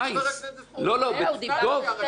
תודה.